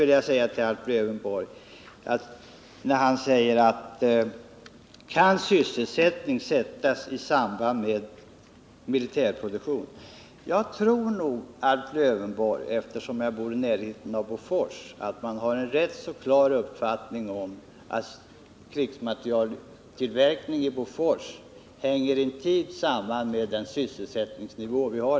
Alf Lövenborg undrade om sysselsättning kan sättas i samband med militär produktion. Eftersom jag bor i närheten av Bofors tror jag att jag kan försäkra att man där har en rätt klar uppfattning om att krigsmaterieltillverkningen i Bofors hänger intimt samman med sysselsättningsnivån där.